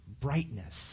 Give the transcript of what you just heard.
brightness